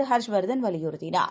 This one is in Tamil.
ஹர்ஷ்வர்தன்வலியுறுத்தினார்